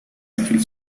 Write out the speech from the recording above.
ángel